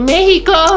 Mexico